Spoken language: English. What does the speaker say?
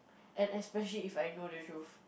and especially If I know the truth